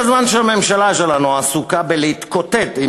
בזמן שהממשלה שלנו עסוקה בלהתקוטט עם